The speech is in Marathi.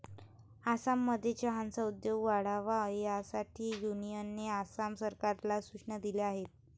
आसाममध्ये चहाचा उद्योग वाढावा यासाठी युनियनने आसाम सरकारला सूचना दिल्या आहेत